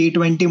T20